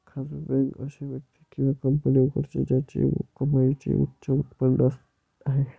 खासगी बँक अशी व्यक्ती किंवा कंपनी उघडते ज्याची कमाईची उच्च उत्पन्न आहे